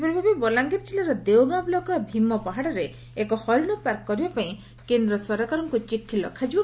ସେହିପରି ଭାବେ ବଲାଙ୍ଗିର ଜିଲ୍ଲାର ଦେଓଗାଁ ବ୍ଲକର ଭୀମ ପାହାଡ଼ରେ ଏକ ହରିଶ ପାର୍କ କରିବା ପାଇଁ କେନ୍ଦ୍ର ସରକାରଙ୍କୁ ଲେଖାଯିବ